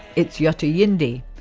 it's yothu yindi.